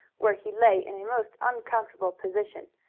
where he lay in a most uncomfortable position,